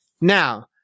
Now